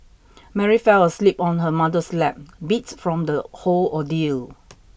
Mary fell asleep on her mother's lap beat from the whole ordeal